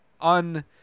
un